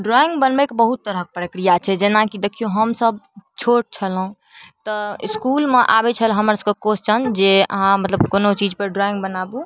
drawing बनबैके बहुत तरहके प्रक्रिआ छै जेनाकि देखिऔ हमसभ छोट छलहुँ तऽ इसकुलमे आबै छल हमरसभके क्वेश्चन जे अहाँ मतलब कोनो चीजपर ड्राइङ्ग बनाबू